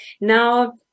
Now